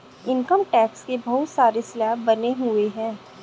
income tax के बहुत सारे स्लैब बने हुए हैं